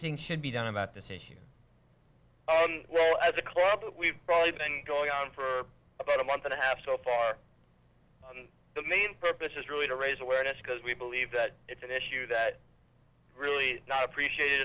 think should be done about this issue well at the club that we've probably been going on for about a month and a half so far the main purpose is really to raise awareness because we believe that it's an issue that really appreciated